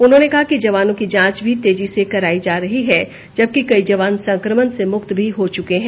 उन्होंने कहा कि जवानों की जांच भी तेजी से कराई जा रही है जबकि कई जवान संक्रमण से मुक्त भी हो चुके हैं